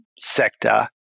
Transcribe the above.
sector